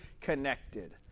connected